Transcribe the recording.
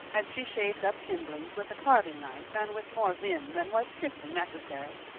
as she shaved up kindlings with a carving knife and with more vim than was strictly necessary.